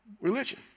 religion